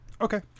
Okay